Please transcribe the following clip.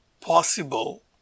possible